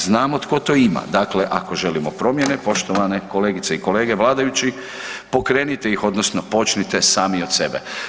Znamo tko to ima, dakle ako želimo promjene poštovane kolegice i kolege vladajući pokrenute ih odnosno počnite sami od sebe.